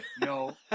No